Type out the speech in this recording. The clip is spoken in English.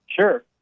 Sure